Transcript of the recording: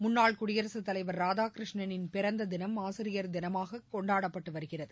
முன்னாள் குடியரசுத் தலைவர் ராதாகிருஷ்ணனின் பிறந்த தினம் ஆசிரியர் தினமாக கொண்டாடப்பட்டு வருகிறது